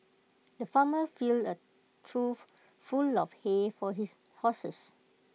the farmer filled A trough full of hay for his horses